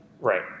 Right